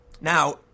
Now